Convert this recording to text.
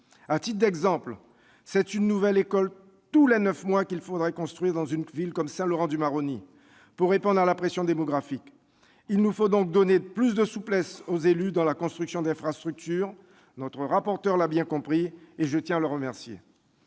À titre d'exemple, il faudrait construire une nouvelle école tous les neuf mois dans une ville comme Saint-Laurent-du-Maroni pour répondre à la pression démographique. Il nous faut donc donner plus de souplesse aux élus dans la construction d'infrastructures. Notre rapporteur l'a bien compris, et je tiens à l'en remercier.